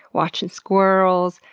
watching squirrels,